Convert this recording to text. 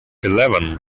eleven